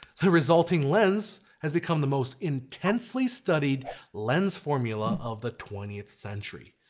the resulting lens has become the most intensely studied lens formula of the twentieth century.